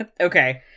Okay